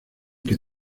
que